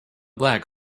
black